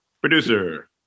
Producer